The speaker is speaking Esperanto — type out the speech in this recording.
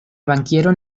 bankieron